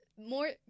more